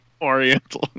Oriental